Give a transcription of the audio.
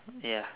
ya